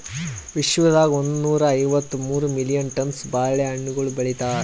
ವಿಶ್ವದಾಗ್ ಒಂದನೂರಾ ಐವತ್ತ ಮೂರು ಮಿಲಿಯನ್ ಟನ್ಸ್ ಬಾಳೆ ಹಣ್ಣುಗೊಳ್ ಬೆಳಿತಾರ್